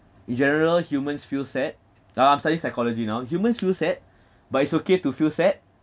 in general humans feel sad ah I'm study psychology now humans feel sad but it's okay to feel sad